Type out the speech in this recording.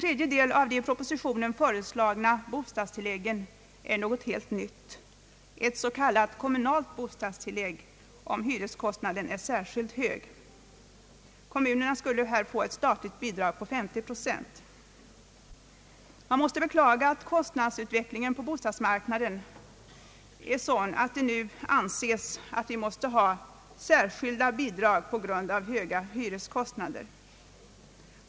I propositionen föreslås också ett helt nytt, kommunalt bostadstillägg, om hyreskostnaden är särskilt hög. Kommunen skulle i detta fall få statligt bidrag med 50 procent. Man måste beklaga kostnadsutvecklingen på bostadsmarknaden, när det nu anses att det behövs speciella bidrag på grund av höga hyreskostnader.